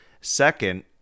Second